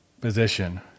position